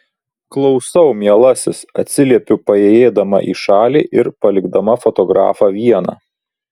klausau mielasis atsiliepiu paėjėdama į šalį ir palikdama fotografą vieną